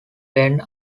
bend